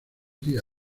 día